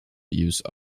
use